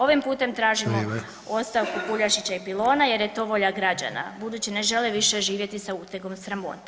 Ovim putem tražimo [[Upadica: Vrijeme]] ostavku Puljašića i Pilona jer je to volja građana budući ne žele više živjeti sa utegom sramote.